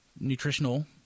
nutritional